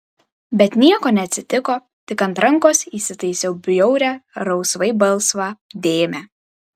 bet nieko neatsitiko tik ant rankos įsitaisiau bjaurią rausvai balsvą dėmę